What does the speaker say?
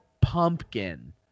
pumpkin